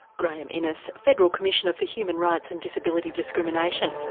graeme innis, federal commissioner for human rights and disability discrimination.